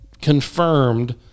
confirmed